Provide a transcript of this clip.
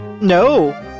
No